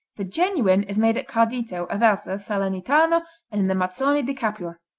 the genuine is made at cardito, aversa, salernitano and in the mazzoni di capua.